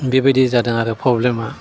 बिबादि जादों आरो प्रब्लेमा